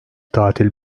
tatil